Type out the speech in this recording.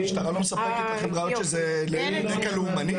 המשטרה לא מספקת לכם ראיות שזה על רקע לאומני?